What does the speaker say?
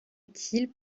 utile